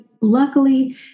luckily